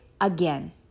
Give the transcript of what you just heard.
again